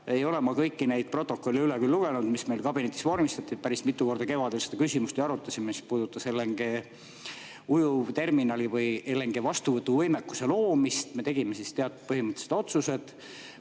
Ei ole ma kõiki neid protokolle üle küll lugenud, mis meil kabinetis vormistati. Päris mitu korda kevadel ju arutasime seda küsimust, mis puudutas LNG-ujuvterminali või LNG vastuvõtu võimekuse loomist. Me tegime siis teatud põhimõttelised otsused,